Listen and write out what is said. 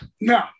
No